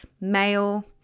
male